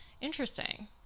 interesting